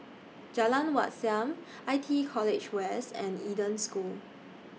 Jalan Wat Siam I T E College West and Eden School